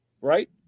right